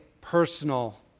personal